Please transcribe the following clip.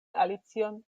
alicion